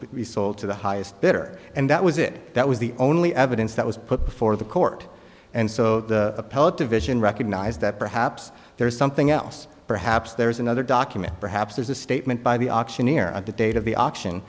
be sold to the highest bidder and that was it that was the only evidence that was put before the court and so the appellate division recognized that perhaps there is something else perhaps there is another document perhaps there's a statement by the auctioneer at the date of the auction